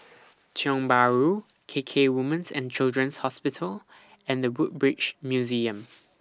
Tiong Bahru K K Women's and Children's Hospital and The Woodbridge Museum